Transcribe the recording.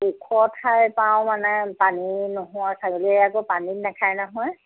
ওখ ঠাই পাওঁ মানে পানী নোহোৱা ছাগলীয়ে আকৌ পানীত নাখায় নহয়